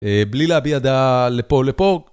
בלי להביע דעה לפה-לפה.